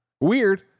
weird